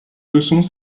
leçons